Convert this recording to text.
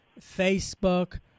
Facebook